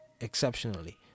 exceptionally